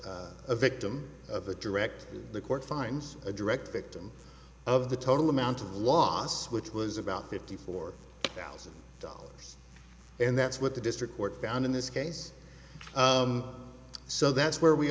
was a victim of a direct the court finds a direct victim of the total amount of loss which was about fifty four thousand dollars and that's what the district court found in this case so that's where we